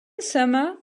summer